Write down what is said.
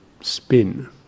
spin